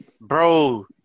bro